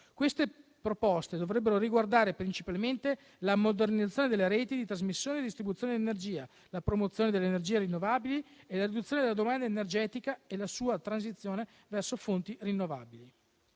Queste proposte dovrebbero riguardare principalmente la modernizzazione delle reti di trasmissione e distribuzione di energia, la promozione delle energie rinnovabili e la riduzione della domanda energetica e la sua transizione verso fonti rinnovabili.